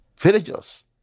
villagers